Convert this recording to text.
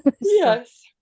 Yes